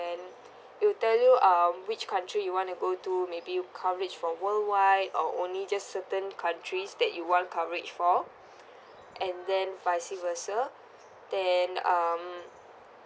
then it will tell you um which country you want to go to maybe you coverage for worldwide or only just certain countries that you want coverage for and then vice versa then um